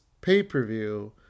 pay-per-view